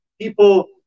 people